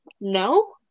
No